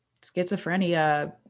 schizophrenia